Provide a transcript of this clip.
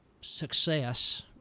success